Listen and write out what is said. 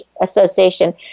Association